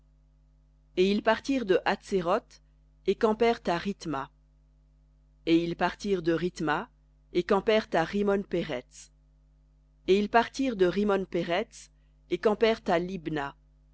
et ils partirent de hatséroth et campèrent à rym et ils partirent de rithma et campèrent à him pérets et ils partirent de rimmon pérets et campèrent à libna